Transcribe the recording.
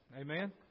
Amen